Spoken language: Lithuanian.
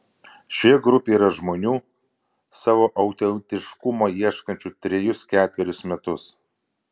šioje grupėje yra žmonių savo autentiškumo ieškančių trejus ketverius metus